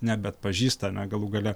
nebeatpažįsta galų gale